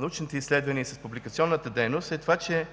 научните изследвания и с публикационната дейност, е това, че